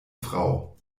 frau